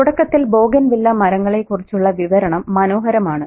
തുടക്കത്തിൽ ബോഗൻവില്ല മരങ്ങളെക്കുറിച്ചുള്ള വിവരണം മനോഹരമാണ്